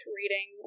reading